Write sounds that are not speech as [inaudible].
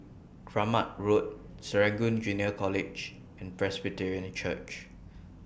Kramat Road Serangoon Junior College and Presbyterian Church [noise]